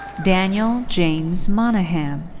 daniel james monaghan.